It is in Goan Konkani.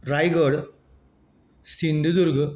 रायगड सिंधुदुर्ग